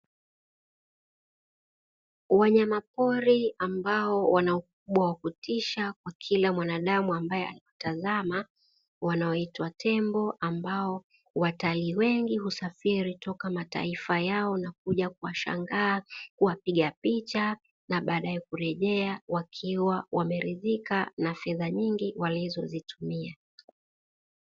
Wanyama pori ambao wana ukubwa wa kutisha kwa kila mwanadamu anayewatazama, wanaoitwa tembo, ambao watalii wengi husafiri kutoka mataifa yao na kuja kuwashangaa, kuwapiga picha na baadae kurejea wakiwa wameridhika na fedha nyingi walizozitumia.